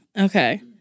Okay